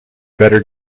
better